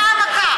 אתה המכה.